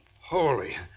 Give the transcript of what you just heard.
Holy